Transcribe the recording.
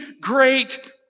great